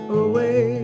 away